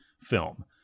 film